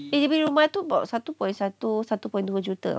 dia beli rumah tu about satu point satu satu point dua juta [tau]